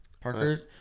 Parker